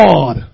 God